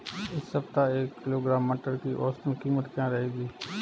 इस सप्ताह एक किलोग्राम मटर की औसतन कीमत क्या रहेगी?